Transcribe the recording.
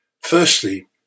Firstly